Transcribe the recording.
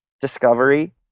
discovery